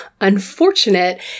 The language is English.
unfortunate